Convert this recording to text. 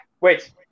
Wait